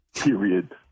period